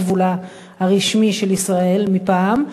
גבולה הרשמי של ישראל מפעם.